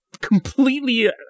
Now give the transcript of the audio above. completely